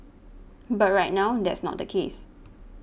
but right now that's not the case